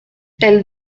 elles